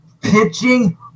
pitching